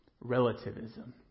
Relativism